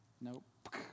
nope